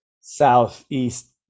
southeast